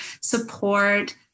support